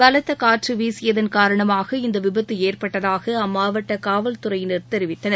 பலத்த காற்று வீசியதன் காரணமாக இந்த விபத்து ஏற்பட்டதாக அம்மாவட்ட காவல் துறையினா் தெரிவித்தனர்